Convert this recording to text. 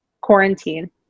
quarantine